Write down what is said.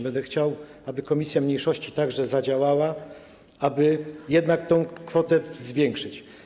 Będę chciał, aby komisja do spraw mniejszości także zadziałała, aby jednak tę kwotę zwiększyć.